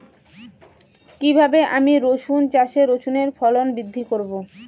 কীভাবে আমি রসুন চাষে রসুনের ফলন বৃদ্ধি করব?